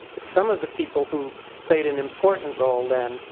but some of the people who played an important role then,